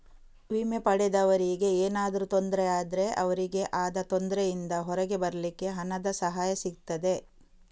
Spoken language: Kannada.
ವಿಮೆ ಪಡೆದವರಿಗೆ ಏನಾದ್ರೂ ತೊಂದ್ರೆ ಆದ್ರೆ ಅವ್ರಿಗೆ ಆದ ತೊಂದ್ರೆಯಿಂದ ಹೊರಗೆ ಬರ್ಲಿಕ್ಕೆ ಹಣದ ಸಹಾಯ ಸಿಗ್ತದೆ